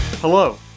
Hello